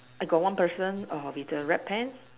I got one person err with the red pants